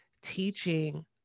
teaching